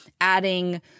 adding